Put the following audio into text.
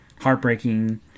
heartbreaking